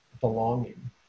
belonging